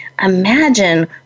imagine